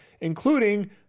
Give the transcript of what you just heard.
including